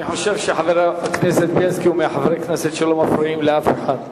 אני חושב שחבר הכנסת בילסקי הוא מחברי הכנסת שלא מפריעים לאף אחד,